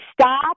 stop